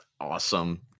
awesome